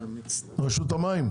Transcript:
רשות המים,